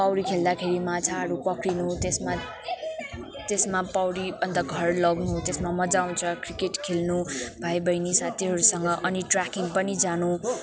पौडी खेल्दाखेरि माछाहरू पक्रिनु त्यसमा त्यसमा पौडी अन्त घर लग्नु त्यसमा मज्जा आउँछ क्रिकेट खेल्नु भाइ बहिनी साथीहरूसँग अनि ट्र्याकिङ पनि जानु